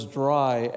dry